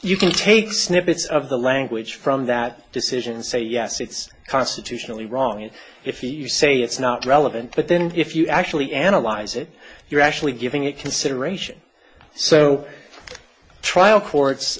you can take snippets of the language from that decision say yes it's constitutionally wrong and if you say it's not relevant but then if you actually analyze it you're actually giving it consideration so trial courts